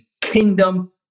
kingdom